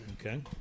Okay